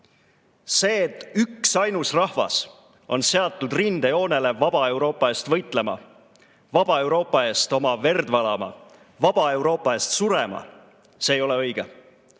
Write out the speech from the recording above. See, et üksainus rahvas on seatud rindejoonele vaba Euroopa eest võitlema, vaba Euroopa eest oma verd valama, vaba Euroopa eest surema, ei ole õige.